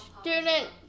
student